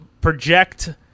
project